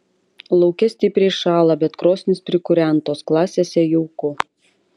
lauke stipriai šąla bet krosnys prikūrentos klasėse jauku